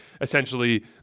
essentially